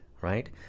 right